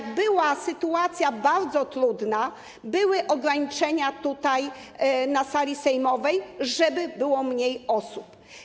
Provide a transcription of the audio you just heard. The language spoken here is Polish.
Gdy była sytuacja bardzo trudna, były ograniczenia tutaj, na sali sejmowej, tak żeby było mniej osób.